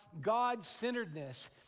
God-centeredness